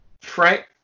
Frank